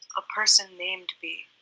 a person named bee.